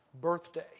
birthday